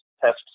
tests